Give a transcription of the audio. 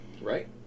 Right